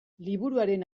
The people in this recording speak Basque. liburuaren